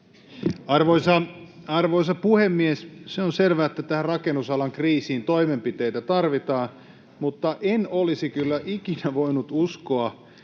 Arvoisa puhemies! Se on selvää, että tähän rakennusalan kriisiin toimenpiteitä tarvitaan, mutta en olisi kyllä ikinä voinut uskoa,